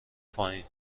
پایین